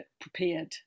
Prepared